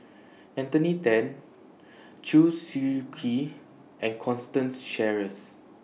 Anthony Then Chew Swee Kee and Constance Sheares